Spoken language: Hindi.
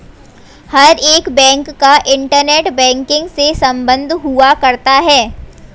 हर एक बैंक का इन्टरनेट बैंकिंग से सम्बन्ध हुआ करता है